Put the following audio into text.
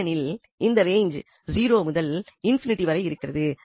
ஏனெனில் இந்த ரேஞ்ச் 0 முதல் ∞ வரை இருக்கிறது